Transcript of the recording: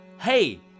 Hey